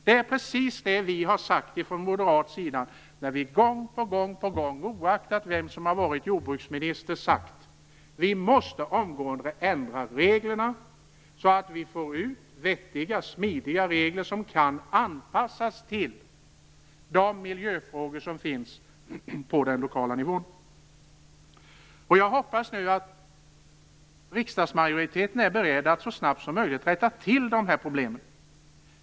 Det är precis det som vi har sagt från moderaternas sida. Gång på gång, oaktat vem som har varit jordbruksminister, har vi sagt att vi omgående måste ändra reglerna, så att vi får vettiga och smidiga regler som kan anpassas till de miljöfrågor som finns på den lokala nivån. Jag hoppas att riksdagsmajoriteten är beredd att så snabbt som möjligt rätta till de här problemen.